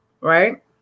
Right